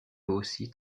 aussi